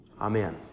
Amen